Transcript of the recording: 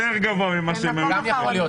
זה יותר גבוה ממה שהם היו בעבר.